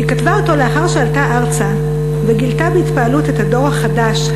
היא כתבה אותו לאחר שעלתה ארצה וגילתה בהתפעלות את הדור החדש,